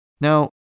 Now